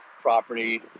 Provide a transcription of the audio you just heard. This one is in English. property